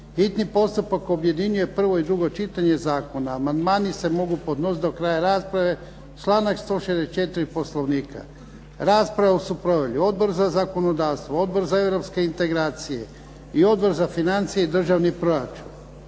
hitni postupak objedinjuje prvo i drugo čitanje zakona. Amandmani se mogu podnositi do kraja rasprave. Članak 164. Poslovnika. Raspravu su proveli Odbor za zakonodavstvo, Odbor za europske integracije i Odbor za financije i državni proračun.